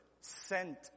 sent